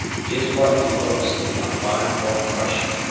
he is what he looks, a fine north prussian,